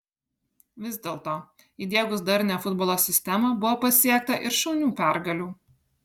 vis dėlto įdiegus darnią futbolo sistemą buvo pasiekta ir šaunių pergalių